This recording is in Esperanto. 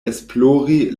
esplori